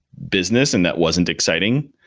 business and that wasn't exciting.